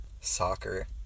soccer